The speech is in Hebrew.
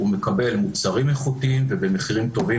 הוא מקבל מוצרים איכותיים ובמחירים טובים,